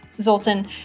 Zoltan